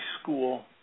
school